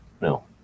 No